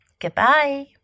goodbye